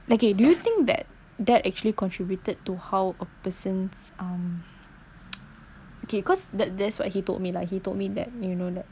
okay do you think that that actually contributed to how a person's um okay cause that that's what he told me lah he told me that you know that